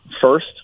first